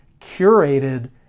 curated